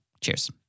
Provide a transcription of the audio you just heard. Cheers